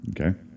Okay